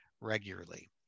regularly